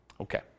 Okay